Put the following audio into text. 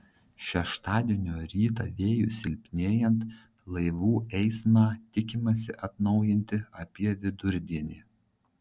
šeštadienio rytą vėjui silpnėjant laivų eismą tikimasi atnaujinti apie vidurdienį